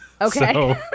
okay